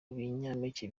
binyampeke